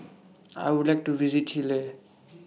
I Would like to visit Chile